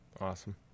awesome